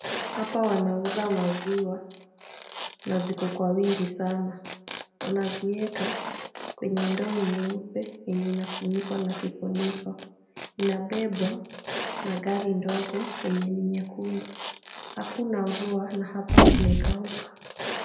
Hapa wanauza maziwa na ziko kwa wingi sana. Wanazieka kwenye ndoo nyeupe yenye inafunikwa na kifuniko. Inabebwa na gari ndogo yenye ni nyekundu. Hakuna mvua na hapa kumekauka.